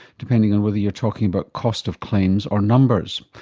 depending on whether you're talking about cost of claims or numbers.